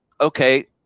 okay